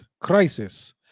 crisis